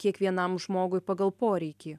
kiekvienam žmogui pagal poreikį